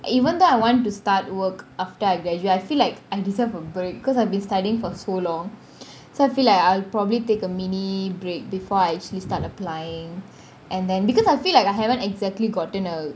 even though I want to start work after I graduate I feel like I deserve a break because I've been studying for so long so I feel like I'll probably take a mini break before I actually start applying and then because I feel like I haven't exactly gotten a